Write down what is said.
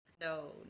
No